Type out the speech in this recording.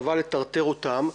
חבל לטרטר אותם.